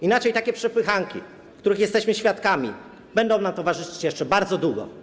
Inaczej takie przepychanki, których jesteśmy świadkami, będą nam towarzyszyć jeszcze bardzo długo.